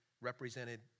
represented